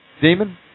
Demon